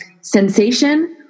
sensation